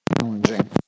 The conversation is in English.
challenging